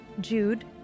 Jude